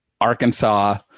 Arkansas